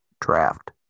draft